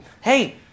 Hey